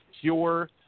pure